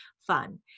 fun